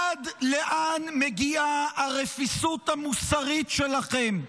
עד לאן מגיעה הרפיסות המוסרית שלכם?